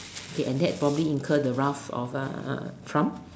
okay and that probably incurred the wrath of the Trump